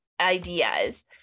ideas